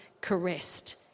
caressed